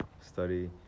study